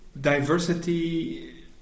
diversity